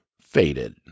faded